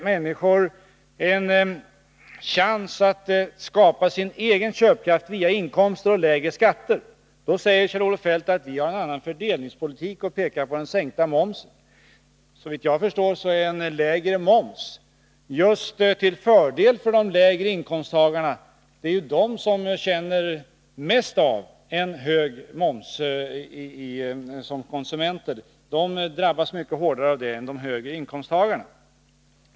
Människorna får alltså en chans att själva skapa sin egen köpkraft via inkomster och lägre skatter. Men då säger Kjell-Olof Feldt att vi har en annan fördelningspolitik. Han pekar på sänkningen av momsen. Såvitt jag förstår är en lägre moms till fördel just för de lägre inkomsttagarna. Det är ju dessa som i egenskap av konsumenter mest känner av en hög moms. De drabbas mycket hårdare än de högre inkomsttagarna.